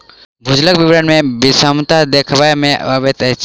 भूजलक वितरण मे विषमता देखबा मे अबैत अछि